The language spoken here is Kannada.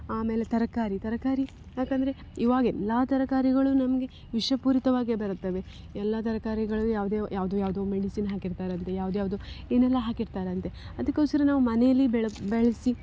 ಆಮೇಲೆ ತರಕಾರಿ ತರಕಾರಿ ಯಾಕಂದರೆ ಇವಾಗ ಎಲ್ಲ ತರಕಾರಿಗಳು ನಮಗೆ ವಿಷಪೂರಿತವಾಗೆ ಬರುತ್ತವೆ ಎಲ್ಲ ತರಕಾರಿಗಳು ಯಾವುದೇ ಯಾವುದೋ ಯಾವುದೋ ಮೆಡಿಸಿನ್ ಹಾಕಿರ್ತಾರಂತೆ ಯಾವ್ದು ಯಾವುದೋ ಏನೆಲ್ಲಾ ಹಾಕಿಡ್ತಾರಂತೆ ಅದಕ್ಕೋಸ್ಕರ ನಾವು ಮನೆಯಲ್ಲಿ ಬೆಳ ಬೆಳೆಸಿ